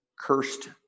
cursed